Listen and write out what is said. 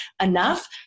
enough